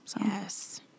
Yes